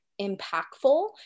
impactful